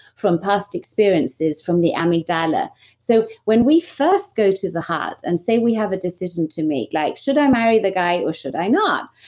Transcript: from past experiences from the amygdala so, when we first go to the heart and say we have a decision to make. like, should i marry the guy or should i not?